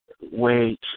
wait